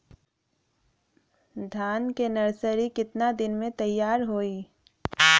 धान के नर्सरी कितना दिन में तैयार होई?